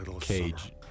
cage